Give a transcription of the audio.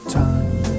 time